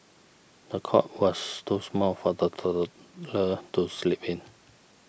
the cot was too small for the toddler to sleep in